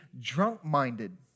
drunk-minded